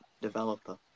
developer